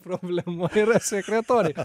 problema yra sekretorė